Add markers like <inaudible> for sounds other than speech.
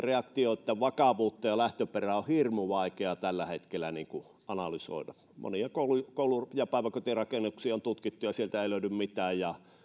<unintelligible> reaktioitten vakavuutta ja lähtöperää on hirmu vaikea tällä hetkellä analysoida monia koulu koulu ja päiväkotirakennuksia on tutkittu ja sieltä ei löydy mitään ja